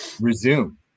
resume